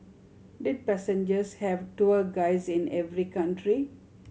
did passengers have tour guides in every country